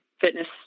fitness